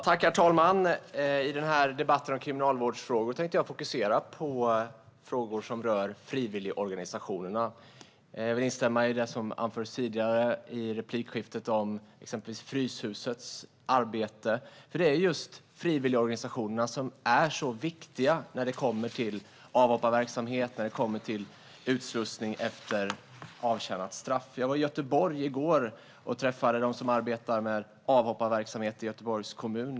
Herr talman! I den här debatten om kriminalvårdsfrågor tänkte jag fokusera på frågor som rör frivilligorganisationerna. Jag vill instämma i det som anfördes tidigare i replikskiftet om exempelvis Fryshusets arbete. Det är just frivilligorganisationerna som är så viktiga när det kommer till avhopparverksamhet och utslussning efter avtjänat straff. Jag var i Göteborg i går och träffade dem som arbetar med avhopparverksamhet i Göteborgs kommun.